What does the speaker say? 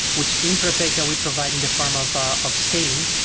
which in pravega we provide in the form of ah of scaling,